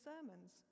sermons